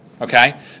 okay